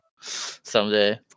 Someday